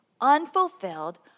unfulfilled